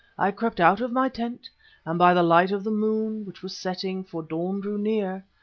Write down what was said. i crept out of my tent and by the light of the moon, which was setting, for dawn drew near,